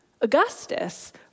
Augustus